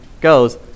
goes